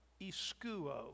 iskuo